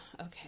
okay